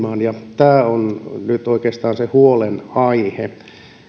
ruvennut tässä toimimaan tämä on nyt oikeastaan se huolenaihe